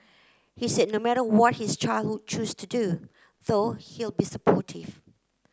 he said no matter what his childhood choose to do though he'll be supportive